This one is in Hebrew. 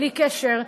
בלי קשר,